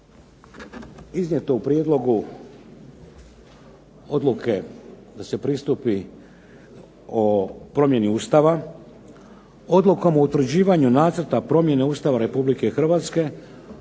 iznijeto u prijedlogu odluke da se pristupi o promjeni Ustava, odlukom o utvrđivanju Nacrta promjene Ustava Republike Hrvatske,